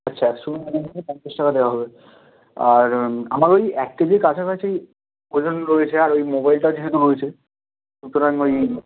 আচ্ছা একশো গ্রাম ওজনে পঞ্চাশ টাকা দেওয়া হবে আর আমার ওই এক কেজির কাছাকাছি ওজন রয়েছে আর ওই মোবাইলটা যেহেতু রয়েছে সুতরাং ওই